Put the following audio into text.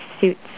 suits